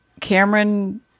Cameron